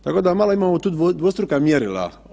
Tako da, malo imamo tu dvostruka mjerila.